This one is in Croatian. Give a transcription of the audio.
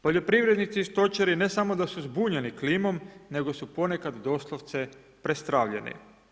Poljoprivrednici i stočari ne samo da su zbunjeni klimom, nego su ponekad doslovce prestravljeni.